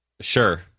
Sure